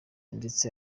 ndetse